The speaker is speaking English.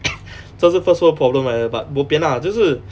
这是 first world problem 来的 but bo pian lah 就是